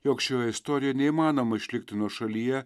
jog šioje istorijoje neįmanoma išlikti nuošalyje